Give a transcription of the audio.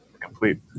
complete